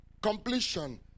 Completion